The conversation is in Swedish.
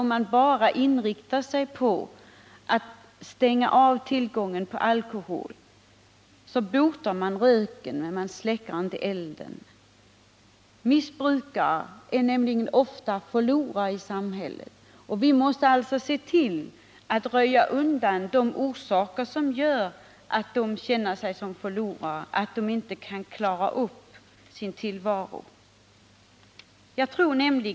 Om man bara inriktar sig på att stänga av tillgången på alkohol skingrar man röken men man släcker inte elden. Missbrukare är nämligen ofta förlorare i samhället. Vi måste alltså se till att röja undan orsakerna till att de känner sig som förlorare, orsakerna till att de inte klarar upp sin tillvaro.